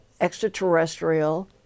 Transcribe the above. extraterrestrial